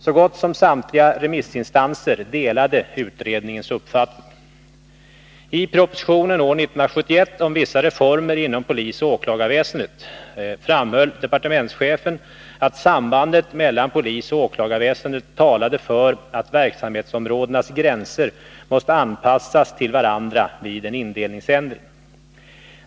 Så gott som samtliga remissinstanser delade utredningens uppfattning. I propositionen år 1971 om vissa reformer inom polisoch åklagarväsendet framhöll departementschefen att sambandet mellan polisoch åklagarväsendet talade för att verksamhetsområdenas gränser måste anpassas till varandra vid en indelningsändring.